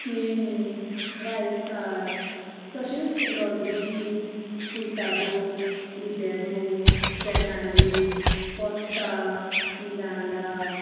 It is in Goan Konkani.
केणी रायकार तशेंच Rodrigues Furtado Rebelo Fernandes Costa Miranda